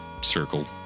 circle